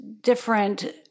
different